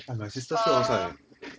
!wah! my sister still outside eh